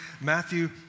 Matthew